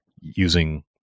using